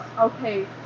okay